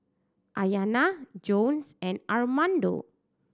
Ayana Jones and Armando